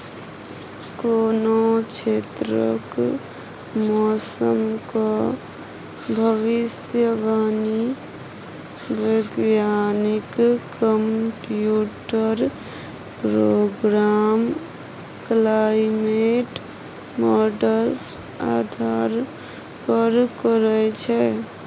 कोनो क्षेत्रक मौसमक भविष्यवाणी बैज्ञानिक कंप्यूटर प्रोग्राम क्लाइमेट माँडल आधार पर करय छै